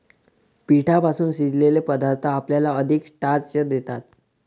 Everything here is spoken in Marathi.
पिठापासून शिजवलेले पदार्थ आपल्याला अधिक स्टार्च देतात